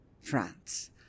France